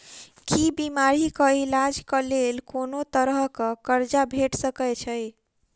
की बीमारी कऽ इलाज कऽ लेल कोनो तरह कऽ कर्जा भेट सकय छई?